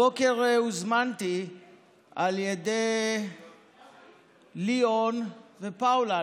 הבוקר הוזמנתי על ידי ליאון ופאולה,